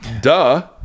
Duh